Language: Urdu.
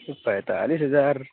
پینتالیس ہزار